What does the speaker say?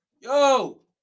yo